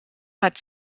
hat